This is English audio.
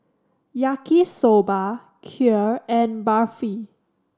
Yaki Soba Kheer and Barfi